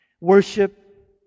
worship